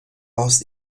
aus